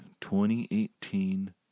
2018